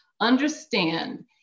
understand